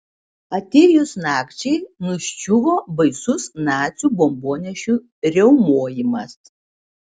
atėjus nakčiai nuščiuvo baisus nacių bombonešių riaumojimas